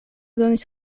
donis